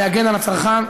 להגן על הצרכן,